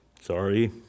Sorry